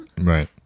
Right